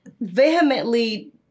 vehemently